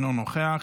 אינו נוכח,